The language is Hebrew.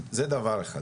זה דבר אחד.